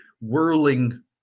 whirling